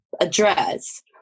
address